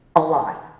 a lot.